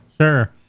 Sure